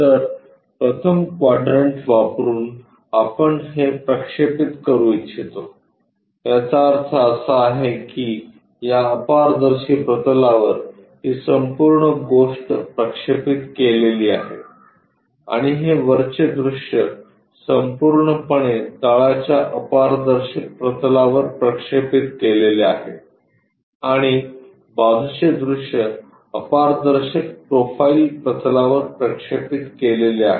तरप्रथम quadrant वापरुन आपण हे प्रक्षेपित करू इच्छितो याचा अर्थ असा आहे की या अपारदर्शी प्रतलावर ही संपूर्ण गोष्ट प्रक्षेपित केलेली आहे आणि हे वरचे दृश्य संपूर्णपणे तळाच्या अपारदर्शक प्रतलावर वर प्रक्षेपित केलेले आहे आणि बाजूचे दृश्य अपारदर्शक प्रोफाइल प्रतलावर प्रक्षेपित केलेले आहे